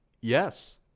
Yes